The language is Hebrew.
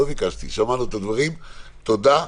שמענו את הדברים, תודה.